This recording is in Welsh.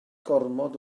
gormod